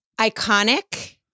iconic